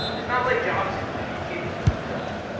it's not like job simulator, you can't eat the pills